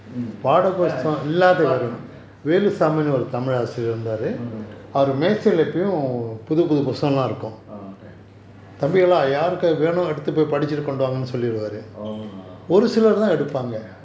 mm apart from them mm oh okay oh ya